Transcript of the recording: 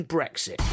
Brexit